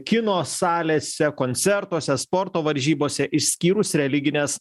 kino salėse koncertuose sporto varžybose išskyrus religines